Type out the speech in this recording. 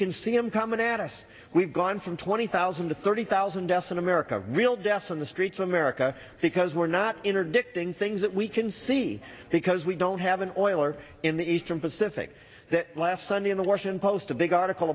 can see him coming at us we've gone from twenty thousand to thirty thousand in america real deaths on the streets of america because we're not interdicting things that we can see because we don't have an oiler in the eastern pacific that last sunday in the washington post a big article